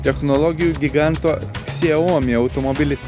technologijų giganto xiaomi automobilis